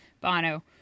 Bono